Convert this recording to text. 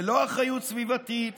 ללא אחריות סביבתית